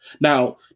Now